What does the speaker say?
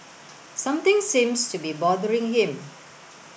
something seems to be bothering him